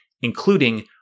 including